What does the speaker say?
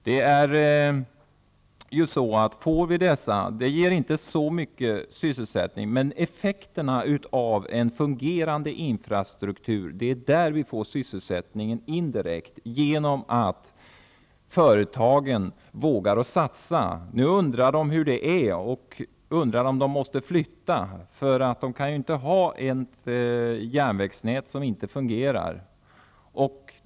Detta i sig ger inte så mycket sysselsättning, men effekterna av en fungerande infrastruktur leder indirekt till sysselsättning genom att företagen vågar satsa. Nu undrar det hur de är och om de måste flytta. De kan ju inte använda ett järnvägsnät som inte fungerar.